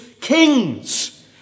kings